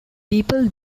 people